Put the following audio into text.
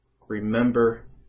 remember